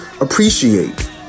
appreciate